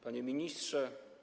Panie Ministrze!